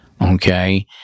Okay